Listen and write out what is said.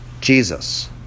Jesus